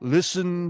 Listen